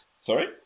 Sorry